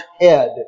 head